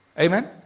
Amen